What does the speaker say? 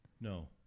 No